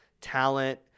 talent